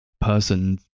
person